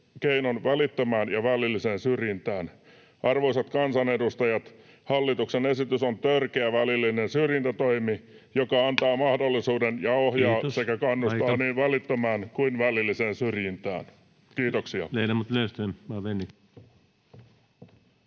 keinon välittömään ja välilliseen syrjintään. Arvoisat kansanedustajat! Hallituksen esitys on törkeä välillinen syrjintätoimi, joka antaa mahdollisuuden ja ohjaa sekä kannustaa [Puhemies: Kiitos, aika!] niin välittömään kuin välilliseen syrjintään. — Kiitoksia.